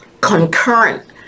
concurrent